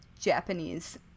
Japanese